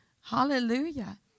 Hallelujah